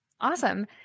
Awesome